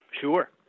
Sure